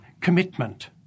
commitment